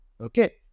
Okay